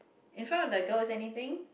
in front of the girl anything